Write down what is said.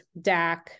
DAC